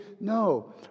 no